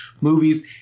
movies